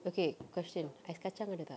okay question ice kacang ada tak